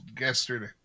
yesterday